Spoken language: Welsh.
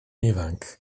ifanc